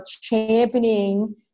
championing